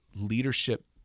leadership